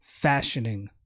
fashioning